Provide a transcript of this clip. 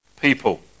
people